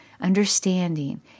understanding